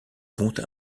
compte